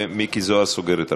ומיקי זוהר סוגר את הרשימה.